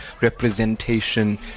representation